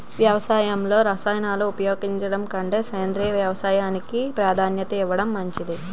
వ్యవసాయంలో రసాయనాలను ఉపయోగించడం కంటే సేంద్రియ వ్యవసాయానికి ప్రాధాన్యత ఇవ్వడం మంచిది